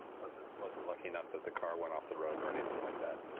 wasn't wasn't lucky enough that the car went off the road or anything like that.